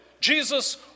Jesus